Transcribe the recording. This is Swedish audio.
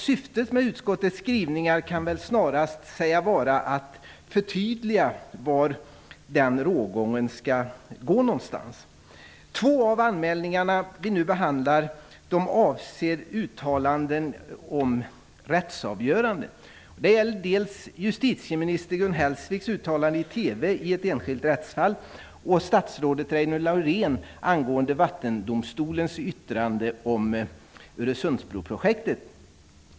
Syftet med utskottets skrivningar kan väl snarast sägas vara att förtydliga var rågången skall gå. Två av de anmälningar som vi nu behandlar avser uttalanden om rättsavgörande. Det gäller dels justitieminister Gun Hellsviks uttalande i TV i ett enskilt rättsfall, dels statsrådet Reidunn Lauréns kommentar angående Vattendomstolens yttrande om Öresundsbroprojektet.